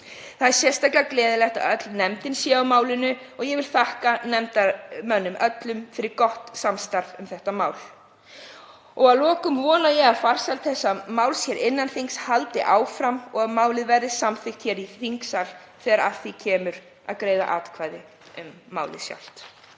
Það er sérstaklega gleðilegt að öll nefndin sé á málinu og ég vil þakka nefndarmönnum öllum fyrir gott samstarf um þetta mál. Að lokum vona ég að farsæld þess hér innan þings haldi áfram og að málið verði samþykkt hér í þingsal þegar kemur að því að greiða atkvæði um það.